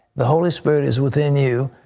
the holy spirit is within you.